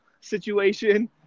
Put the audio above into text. situation